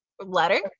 letter